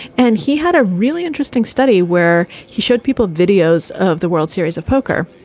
and he had a really interesting study where he showed people videos of the world series of poker.